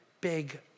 big